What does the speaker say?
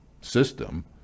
system